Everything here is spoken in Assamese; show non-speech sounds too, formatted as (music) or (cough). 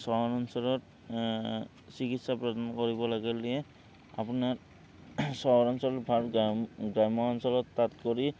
চহৰ অঞ্চলত চিকিৎসা প্ৰদান কৰিব লাগে লগিয়ে আপোনাৰ চহৰ অঞ্চলত (unintelligible) গ্ৰাম্য অঞ্চলত তাত কৰি